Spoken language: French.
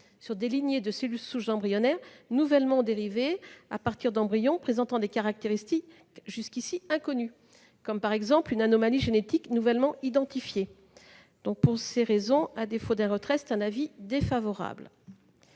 sur des lignées de cellules souches embryonnaires nouvellement dérivées, à partir d'embryons présentant des caractéristiques jusqu'ici inconnues, comme, par exemple, une anomalie génétique tout juste identifiée. Pour ces raisons, de nouveau, l'avis de